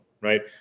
right